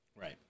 Right